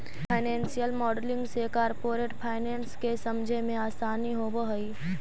financial modelling से corporate finance के समझे मेंअसानी होवऽ हई